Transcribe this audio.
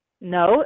No